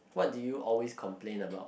what did you always complain about